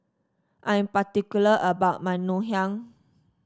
I am particular about my Ngoh Hiang